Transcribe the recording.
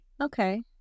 Okay